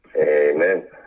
Amen